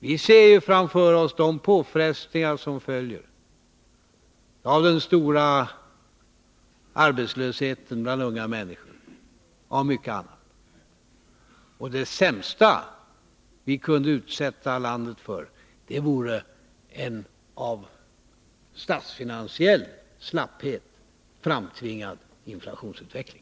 Vi ser framför oss de påfrestningar som följer av den stora arbetslösheten bland unga människor och av mycket annat. Det sämsta vi kunde utsätta landet för vore en av statsfinansiell slapphet framtvingad inflationseffekt.